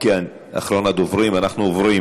אנחנו עוברים